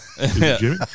Jimmy